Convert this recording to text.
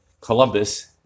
Columbus